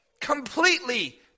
completely